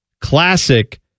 classic